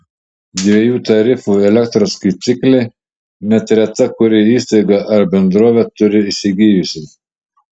dviejų tarifų elektros skaitiklį net reta kuri įstaiga ar bendrovė turi įsigijusi